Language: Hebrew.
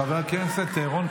חברת הכנסת רייטן,